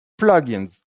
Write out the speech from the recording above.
plugins